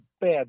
bad